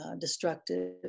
destructive